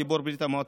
גיבור ברית המועצות,